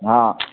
हाँ